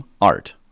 Art